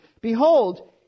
behold